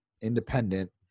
independent